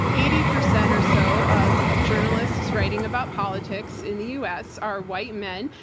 eighty percent or so of journalists writing about politics in the us are white men,